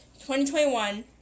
2021